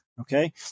Okay